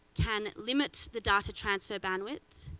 can limit the data transfer bandwidth,